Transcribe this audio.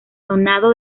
sonado